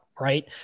Right